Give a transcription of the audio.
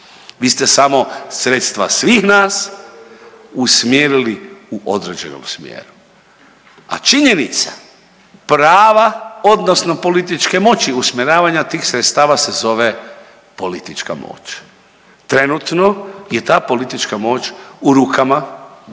vi ste samo sredstava svih nas usmjerili u određenom smjeru. A činjenica prava odnosno političke moći usmjeravanja tih sredstava se zove politička moć. Trenutno je ta politička moć u rukama ljudi